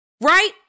right